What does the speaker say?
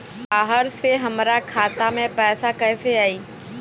बाहर से हमरा खाता में पैसा कैसे आई?